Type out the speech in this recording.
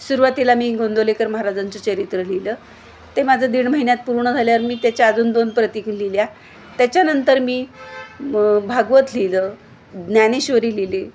सुरवातीला मी गोंंदवलेकर महाराजांचं चरित्र लिहिलं ते माझं दीड महिन्यात पूर्ण झाल्यावर मी त्याच्या अजून दोन प्रतीक लिहिल्या त्याच्यानंतर मी भागवत लिहिलं ज्ञानेश्वरी लिहिली